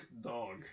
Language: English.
dog